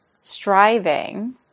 striving